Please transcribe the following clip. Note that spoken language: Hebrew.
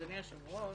אדוני היושב-ראש,